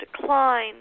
decline